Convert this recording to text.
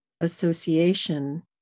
association